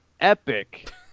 epic